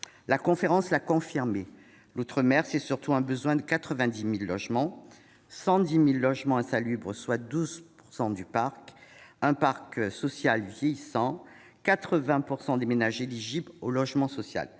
La conférence l'a confirmé : l'outre-mer, c'est surtout un besoin de 90 000 logements, ce sont 110 000 logements insalubres, soit 2 % du parc, un parc social vieillissant et 80 % des ménages éligibles au logement social.